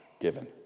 given